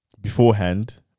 beforehand